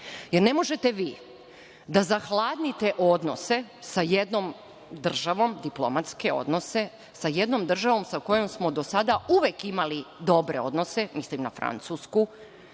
Ne možete vi da zahladnite odnos sve sa jednom državom, diplomatske odnose sa jednom državom sa kojom smo uvek imali dobre odnose, mislim na Francusku,